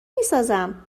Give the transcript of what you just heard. میسازم